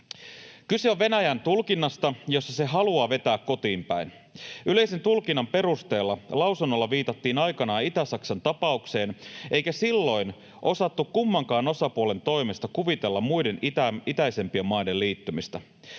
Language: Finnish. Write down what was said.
Kyse on Venäjän tulkinnasta, jossa se haluaa vetää kotiinpäin. Yleisen tulkinnan perusteella lausunnolla viitattiin aikanaan Itä-Saksan tapaukseen eikä silloin osattu kummankaan osapuolen toimesta kuvitella muiden itäisempien maiden liittymistä.